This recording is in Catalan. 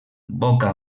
boca